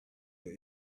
your